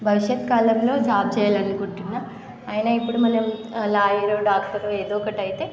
భవిష్యత్తు కాలంలో జాబ్ చేయాలనుకుంటున్నాను అయినా ఇప్పుడు మనం లాయరో డాక్టరో ఏదో ఒకటి అయితే